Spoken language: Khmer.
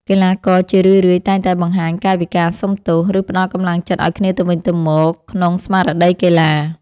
កីឡាករជារឿយៗតែងតែបង្ហាញកាយវិការសុំទោស ឬផ្ដល់កម្លាំងចិត្តឱ្យគ្នាទៅវិញទៅមកក្នុងស្មារតីកីឡា។